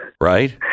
right